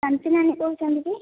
ଶାନ୍ତି ନାନୀ କହୁଛନ୍ତି କି